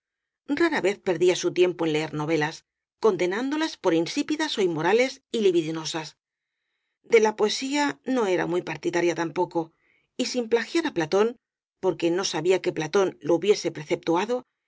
rara vez perdía su tiempo en leer novelas condenándolas por insípidas ó inmorales y libidinosas de la poesía no era muy partidaria tampoco y sin plagiar á platón porque no sabía que platón lo hubiese preceptuado